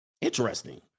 Interesting